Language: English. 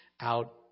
out